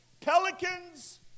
Pelicans